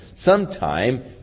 sometime